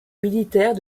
militaires